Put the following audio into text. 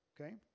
okay